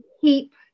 keep